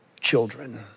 children